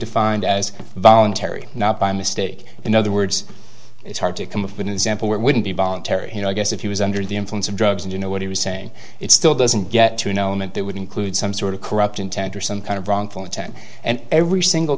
defined as voluntary not by mistake in other words it's hard to come up with an example where it wouldn't be voluntary you know i guess if he was under the influence of drugs and you know what he was saying it still doesn't get to know him and that would include some sort of corrupt intent or some kind of wrongful intent and every single